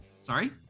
sorry